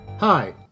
Hi